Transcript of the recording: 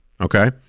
Okay